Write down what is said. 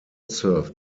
serve